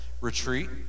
retreat